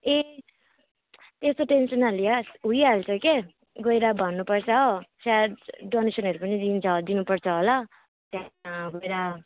ए त्यस्तो टेन्सन नलेऊ हुइहाल्छ के गएर भन्नुपर्छ हो सायद डोनेसनहरू पनि लिन्छ दिनुपर्छ होला त्यहाँ गएर